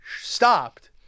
stopped